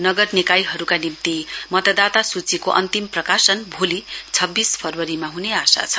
नगर निकायहरुका निम्ति मतदाता सूचीका अन्तिम प्रकाशन भोलि छब्बीस फरवरीमा हुने आशा छ